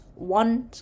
one